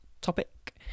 topic